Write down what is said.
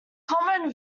common